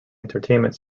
entertainment